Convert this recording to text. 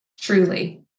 Truly